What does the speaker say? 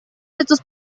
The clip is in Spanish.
estos